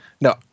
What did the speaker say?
No